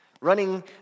Running